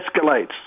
escalates